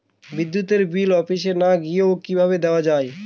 বিদ্যুতের বিল অফিসে না গিয়েও কিভাবে দেওয়া য়ায়?